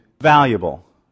valuable